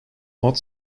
hot